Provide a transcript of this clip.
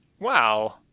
Wow